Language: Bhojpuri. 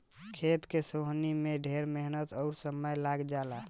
खेत के सोहनी में ढेर मेहनत अउर समय लाग जला